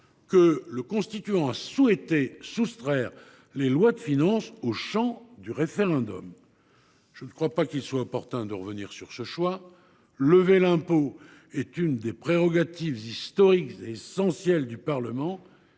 que le constituant a souhaité soustraire les lois de finances au champ du référendum. Je ne juge pas opportun de revenir sur ce choix : lever l’impôt, je l’ai dit, est une des prérogatives historiques et essentielles du Parlement,